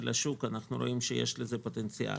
השוק אנחנו רואים שיש לזה פוטנציאל.